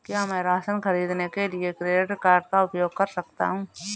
क्या मैं राशन खरीदने के लिए क्रेडिट कार्ड का उपयोग कर सकता हूँ?